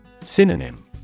Synonym